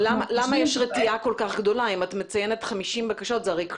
את מציינת 50 בקשות, וזה הרי כלום.